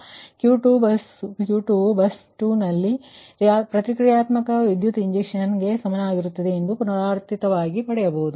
ಆದ್ದರಿಂದ Q2 ವು bus 2 ರಲ್ಲಿ ಪ್ರತಿಕ್ರಿಯಾತ್ಮಕ ವಿದ್ಯುತ್ ಇಂಜೆಕ್ಷನ್ಗೆ ಸಮನಾಗಿರುತ್ತದೆ ಎಂದು ಪುನರಾವರ್ತಿತವಾಗಿ ಪಡೆಯಬಹುದು